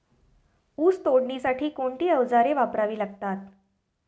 ऊस तोडणीसाठी कोणती अवजारे वापरावी लागतात?